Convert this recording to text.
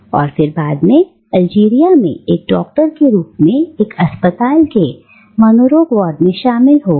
और फिर बाद में अल्जीरिया में एक डॉक्टर के रूप में एक अस्पताल के मनोरोग वार्ड में शामिल हो गए